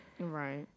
Right